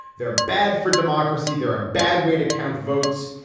they're bad for democracy. they're a bad way to count votes.